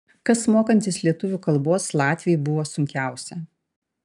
kas mokantis lietuvių kalbos latviui buvo sunkiausia